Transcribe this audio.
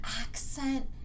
accent